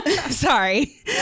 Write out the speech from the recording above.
Sorry